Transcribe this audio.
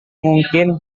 mungkin